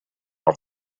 off